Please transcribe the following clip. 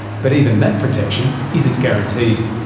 but even that protection isn't guaranteed.